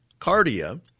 cardia